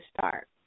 start